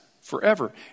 forever